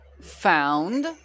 found